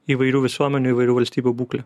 įvairių visuomenių įvairių valstybių būklė